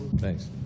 Thanks